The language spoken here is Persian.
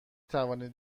توانید